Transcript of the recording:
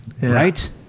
Right